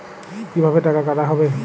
কিভাবে টাকা কাটা হবে?